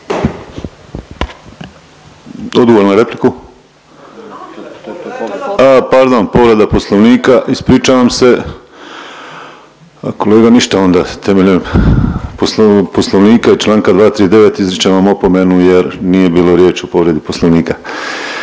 Odgovor na repliku. A pardon, povreda Poslovnika ispričavam se. Kolega ništa onda temeljem Poslovnika i čl. 239 izričem vam opomenu jer nije bilo riječ o povredi Poslovnika.